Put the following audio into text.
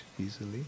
easily